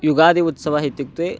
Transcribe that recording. युगादि उत्सवः इत्युक्ते